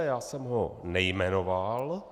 Já jsem ho nejmenoval.